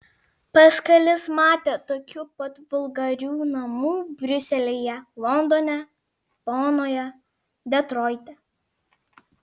paskalis matė tokių pat vulgarių namų briuselyje londone bonoje detroite